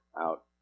out